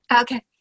okay